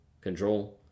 control